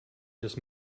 just